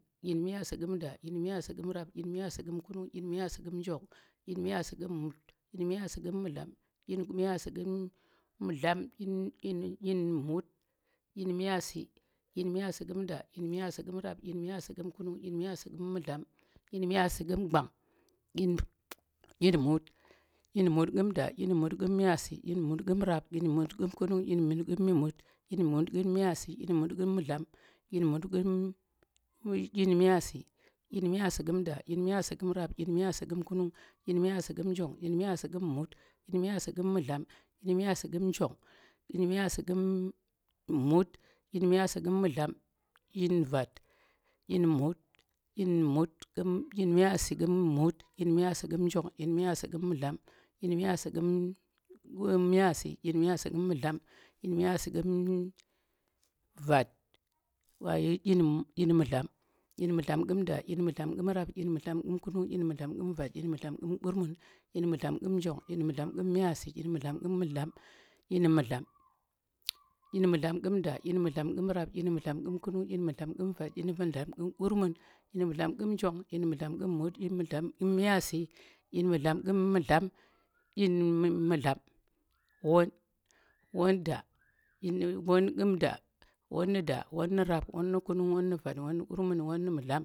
ɗyin myaasi ƙu̱m da, ɗyin myaasi ƙu̱m rap, ɗyin ƙu̱m kunung, ɗyin myaasi ƙu̱m njong, ɗyin myaasi ƙu̱m mut, ɗyin myaasi ƙu̱m mudlam, ɗyi dyin miyasi miyasi ƙu̱m da, ɗyin myaasi ƙu̱m rap, ɗyin miyasi kum kunung, ɗyin myaasi ƙu̱m mu̱dlam, ɗyin miyasi kum gwang ɗyin dyin mut, dyin mut ƙu̱m da, ɗyin mut ƙu̱m miyasi, ɗyin mut ƙu̱m kumung, ɗyi mu ƙu̱m mut, ɗyin mut kum miyasi, ɗyin mut ƙu̱m mudlan, ɗyin miyasi, ƙu̱m mut, ɗyin myaasi. dyin miyasi kum da, dyin miyasi kum rap, dyin miyasi kum kunung, dyin miyasi kun njong, dyin miyasi mu̱t, ɗyin miyasi kum mu̱dlam. dyin miyasi kum njong, ɗyin miyasi mut, ɗyin miyasi ku̱m mudlam, ɗying miyasi ƙu̱m njong, ɗyin mu̱t, ɗyin miyasi kum mudlam, ɗyi vat, dyin mut, ɗyin myaasi kum mut, ɗyin miyasi kum njong dyin miyassi ƙu̱m mu̱dlam. dyin miyasi kum miyasi, dyin miyasi kum mudlam. dyin miyasi kum vat, wayi dyin mudlam. dyin mudlam kum da, dyin mudlam kum rap, dyin mudlam kum kunun. dyin mudlam kum vat, dyin mudlam kum kurmun, dyin mudlam kum njong, dyin mudlam kum miyasi. dyin mudlam kum mudlam. dyin mudlam. dyin mudlam kumda dyin mudlam kum rap dyin mudlam kum kunung, dyin mudlam kum vat. dyin mudlam kum kurmun. dyin muldam kum njong dyin mudlam mut, dyin mudlam kum miyasi dyin mudlam. dyin mudla. won, won nu da, won nu rap, won nu kunung won nu vat, won nu kurnum, won nu mudlam.